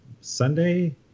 Sunday